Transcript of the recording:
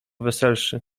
weselszy